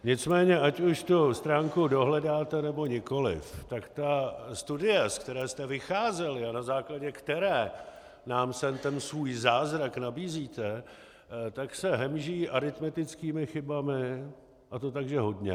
Nicméně ať už tu stránku dohledáte, nebo nikoliv, tak ta studie, ze které jste vycházeli a na základě které nám sem ten svůj zázrak nabízíte, se hemží aritmetickými chybami, a to tak že hodně.